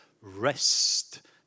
Rest